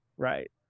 Right